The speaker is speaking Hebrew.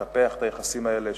לטפח את היחסים האלה,